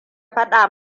faɗa